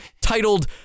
titled